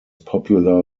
popular